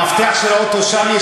המפתח של האוטו שם.